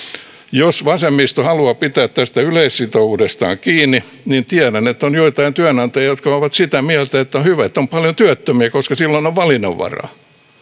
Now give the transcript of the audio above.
jos vasemmisto haluaa pitää tästä yleissitovuudestaan kiinni niin tiedän että on joitain työnantajia jotka ovat sitä mieltä että on hyvä että on paljon työttömiä koska silloin on valinnanvaraa